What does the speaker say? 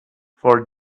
for